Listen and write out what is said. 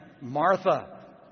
Martha